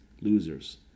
losers